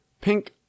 Pink